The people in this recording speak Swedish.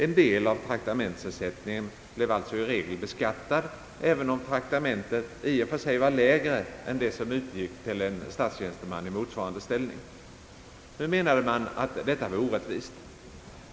En del av traktamentsersättningen blev alltså i regel beskattad, även om traktamentet i och för sig var lägre än det som utgick till en statstjänsteman i motsvarande ställning. Nu menade man att detta var orättvist.